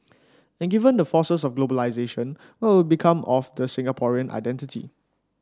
and given the forces of globalisation what will become of the Singaporean identity